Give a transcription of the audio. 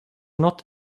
not